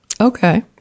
Okay